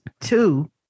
two